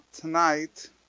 tonight